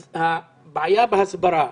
אז הבעיה בהסברה,